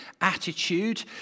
attitude